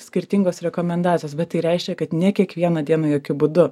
skirtingos rekomendacijos bet tai reiškia kad ne kiekvieną dieną jokiu būdu